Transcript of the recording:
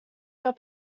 your